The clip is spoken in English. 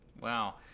Wow